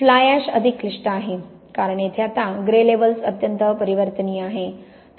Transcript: fly ash अधिक क्लिष्ट आहे कारण येथे आता ग्रे लेव्हल्स अत्यंत परिवर्तनीय आहे